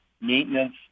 maintenance